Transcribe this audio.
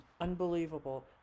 Unbelievable